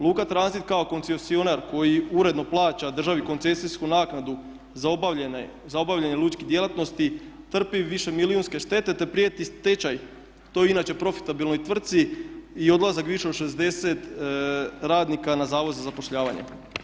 Luka Tranzit d.o.o. kao koncesionar koji uredno plaća državi koncesijsku naknadu za obavljanje lučkih djelatnosti trpi više milijunske štete te prijeti stečaj toj inače profitabilnoj tvrtci i odlazak više od 60 radnika na Zavod za zapošljavanje.